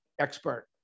expert